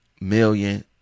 million